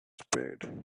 spade